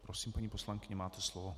Prosím, paní poslankyně, máte slovo.